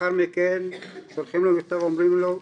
לאחר מכן שולחים לו מכתב, אומרים לו: